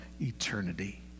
eternity